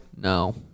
No